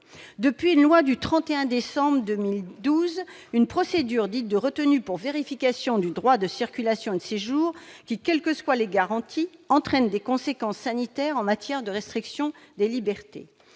Depuis une loi du 31 décembre 2012, une procédure dite de « retenue pour vérification du droit de circulation et de séjour », quelles que soient les garanties apportées, entraîne des conséquences sanitaires en matière de restriction des libertés.